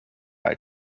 eye